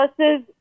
versus